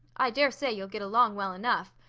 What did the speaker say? i dare say you'll get along well enough.